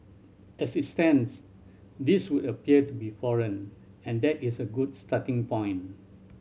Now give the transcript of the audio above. as it stands these would appear to be foreign and that is a good starting point